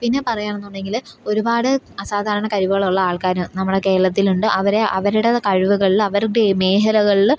പിന്നെ പറയുകയാണെന്നുണ്ടെങ്കിൽ ഒരുപാട് അസാധാരണ കഴിവുകളുള്ള ആൾക്കാർ നമ്മുടെ കേരളത്തിലുണ്ട് അവരെ അവരുടെ കഴിവുകളിൽ അവരുടെ മേഘലകളിൽ